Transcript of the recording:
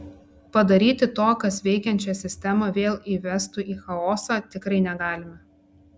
padaryti to kas veikiančią sistemą vėl įvestų į chaosą tikrai negalima